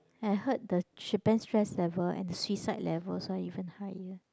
I heard the Japan stress level and suicide levels are even higher